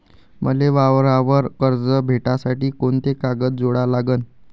मले वावरावर कर्ज भेटासाठी कोंते कागद जोडा लागन?